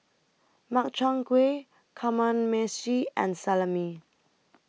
Makchang Gui Kamameshi and Salami